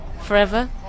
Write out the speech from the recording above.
forever